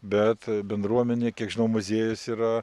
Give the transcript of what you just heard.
bet bendruomenė kiek žinau muziejus yra